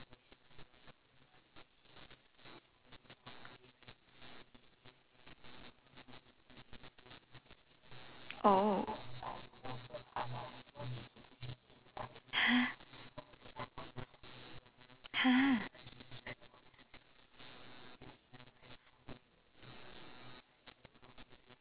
oh !huh! !huh!